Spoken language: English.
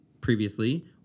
previously